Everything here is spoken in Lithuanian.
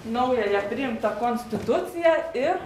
naująją priimtą konstituciją ir